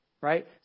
right